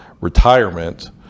retirement